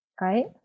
Right